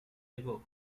ago